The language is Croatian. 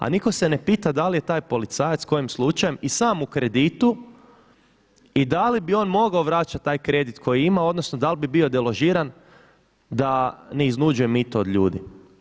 A nitko se ne pita da li je taj policajac kojim slučajem i sam u kreditu i da li bi on mogao vraćati taj kredit koji ima, odnosno da li bi bio deložiran da ne iznuđuje mito od ljudi?